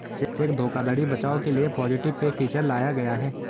check धोखाधड़ी बचाव के लिए पॉजिटिव पे फीचर लाया गया है